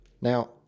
now